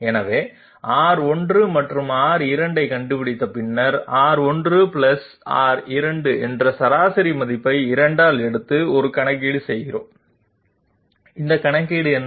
எனவே R1 மற்றும் R2 ஐக் கண்டுபிடித்த பின்னர் R1 R2 என்ற சராசரி மதிப்பை 2 ஆல் எடுத்து ஒரு கணக்கீடு செய்கிறோம் இந்த கணக்கீடு என்ன